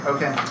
Okay